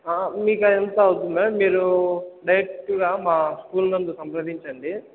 మీ కదంతా వద్దు మ్యామ్ మీరు డైరెక్ట్గా మా స్కూల్ నందు సంప్రదించండి